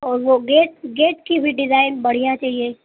اور وہ gate gate کی بھی ڈیزائن بڑھیا چاہیے